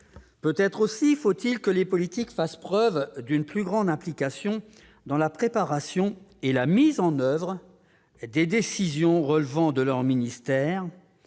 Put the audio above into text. Peut-être aussi faut-il que les politiques fassent preuve d'une plus grande implication dans la préparation et la mise en oeuvre des décisions relevant de leurs ministères